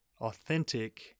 authentic